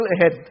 ahead